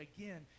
again